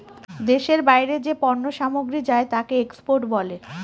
দেশের বাইরে যে পণ্য সামগ্রী যায় তাকে এক্সপোর্ট বলে